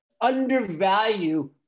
undervalue